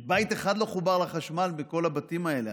ובית אחד לא חובר לחשמל בכל הבתים האלה,